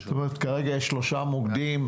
כלומר כרגע יש שלושה מוקדים.